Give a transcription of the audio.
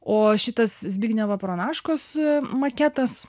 o šitas zbignevo pranaškos maketas